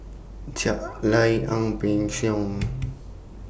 Ja Lai Ang Peng Siong